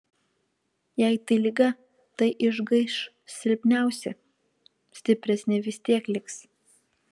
jei tai liga tai išgaiš silpniausi stipresni vis tiek liks